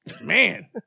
Man